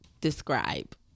Describe